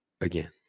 again